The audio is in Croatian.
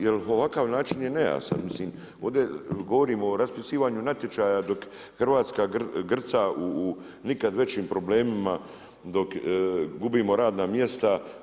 Jer ovakav način je nejasan, mislim ovdje govorimo o raspisivanju natječaja dok Hrvatska grca u nikad većim problemima dok gubimo radna mjesta.